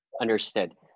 Understood